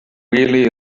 really